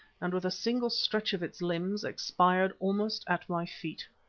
and with a single stretch of its limbs, expired almost at my feet.